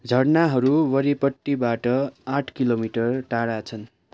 झरनाहरू वरिपट्टीबाट आठ किलोमिटर टाढा छन्